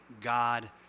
God